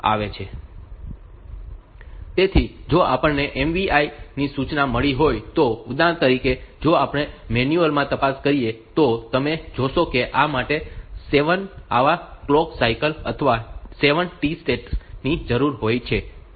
તેથી જો આપણને MVI સૂચના મળી હોય તો ઉદાહરણ તરીકે જો આપણે મેન્યુઅલ માં તપાસ કરીએ તો તમે જોશો કે આ માટે 7 આવા ક્લોક સાયકલ અથવા 7 T સ્ટેટ્સ ની જરૂર હોય છે